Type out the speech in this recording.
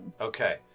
Okay